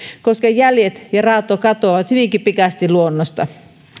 nimittäin jäljet ja raato katoavat hyvinkin pikaisesti luonnossa